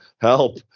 help